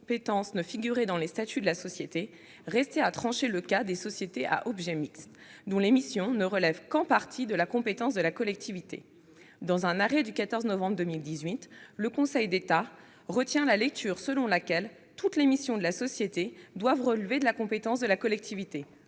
ne figurait dans les statuts de la société, restait à trancher le cas des sociétés à " objet mixte ", dont les missions ne relèvent qu'en partie de la compétence de la collectivité. [...]. Dans un arrêt du 14 novembre 2018, le Conseil d'État retient la lecture selon laquelle toutes les missions de la société doivent relever de la compétence de la collectivité.